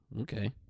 okay